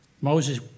Moses